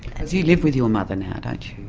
and you you live with your mother now, don't you?